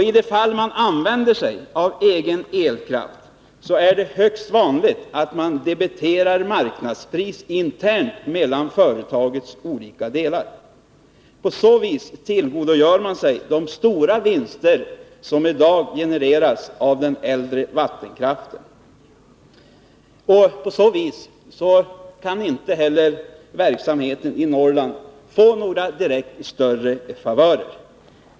I de fall man använder sig av egen elkraft är det högst vanligt att man debiterar marknadspris internt mellan företagens olika delar. På så vis tillgodogör man sig de stora vinster som i dag genereras av den äldre vattenkraften, och då kan inte heller verksamheten i Norrland få några större favörer.